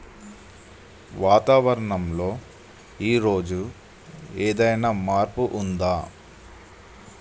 వాతావరణం లో ఈ రోజు ఏదైనా మార్పు ఉందా?